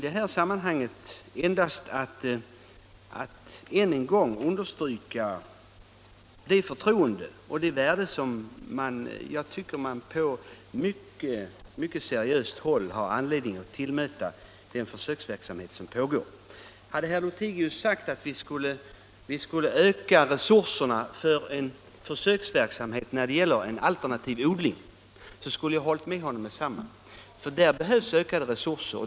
Därför kan jag bara än en gång understryka det värde som jag tycker att man på mycket seriöst håll har anledning tillmäta den försöksverksamhet som pågår och det förtroende som det arbetet åtnjuter. Om herr Lothigius hade sagt att vi skulle öka resurserna för en försöksverksamhet rörande en alternativ odling, så skulle jag ha hållit med honom. Där behövs ökade resurser.